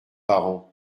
parents